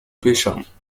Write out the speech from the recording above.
pêchâmes